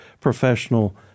professional